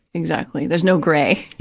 exactly. there's no gray,